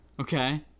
Okay